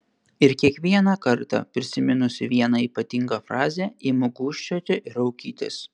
ir kiekvieną kartą prisiminusi vieną ypatingą frazę imu gūžčioti ir raukytis